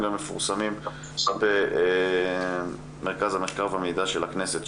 הם מפורסמים במרכז המחקר והמידע של הכנסת.